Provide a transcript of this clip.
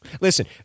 Listen